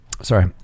Sorry